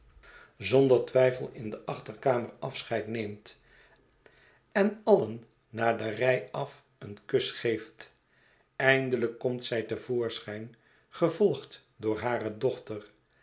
der twijfel in de achterkamer afscheid neemt en alien naar de rij af een kus geeft eindelijk komt zij te voorschijn gevolgd door hare dochter